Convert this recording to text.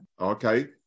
Okay